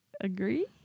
Agree